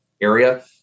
area